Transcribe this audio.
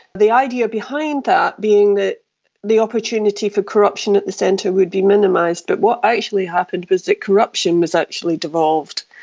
the idea behind that being that the opportunity for corruption at the centre would be minimised, but what actually happened was that corruption was actually devolved.